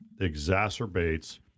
exacerbates